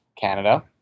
Canada